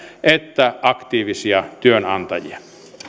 että aktiivisia työnantajia